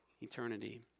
eternity